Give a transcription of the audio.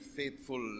faithful